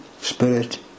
Spirit